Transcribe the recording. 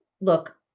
look